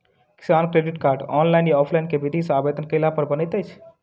किसान credit card, online या offline केँ विधि सँ आवेदन कैला पर बनैत अछि?